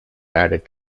added